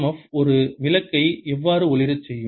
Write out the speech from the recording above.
F ஒரு விளக்கை எவ்வாறு ஒளிர செய்யும்